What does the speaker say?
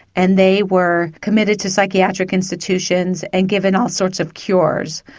and they were committed to psychiatric institutions and given all sorts of cures.